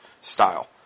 style